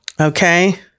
Okay